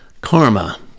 karma